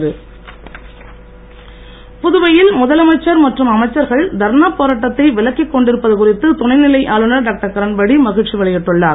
கிரண்பேடி புதுவையில் முதலமைச்சர் மற்றும் அமைச்சர்கள் தர்ணா போராட்டத்தை விலக்கிக் கொண்டிருப்பது குறித்து துணைநிலை ஆளுநர் டாக்டர் கிரண்பேடி மகிழ்ச்சி வெளியிட்டுள்ளார்